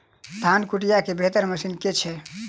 धान कुटय केँ बेहतर मशीन केँ छै?